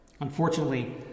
Unfortunately